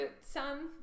son